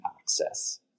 access